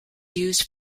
used